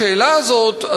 השאלה הזאת,